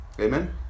Amen